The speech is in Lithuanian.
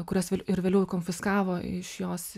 kuriuos vėl ir vėliau konfiskavo iš jos